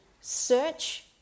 search